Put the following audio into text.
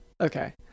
Okay